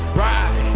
ride